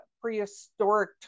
prehistoric